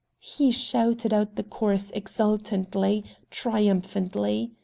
he shouted out the chorus exultantly, triumphantly.